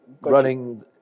running